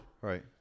right